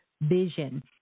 vision